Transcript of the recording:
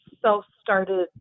self-started